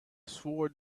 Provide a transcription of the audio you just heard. swore